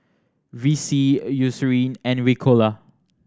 Vichy Eucerin and Ricola